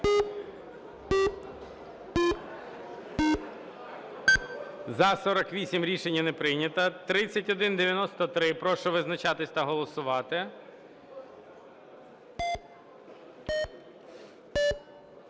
За-48 Рішення не прийнято. 3193. Прошу визначатися та голосувати.